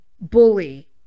bully